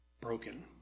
broken